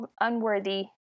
unworthy